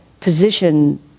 position